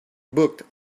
booked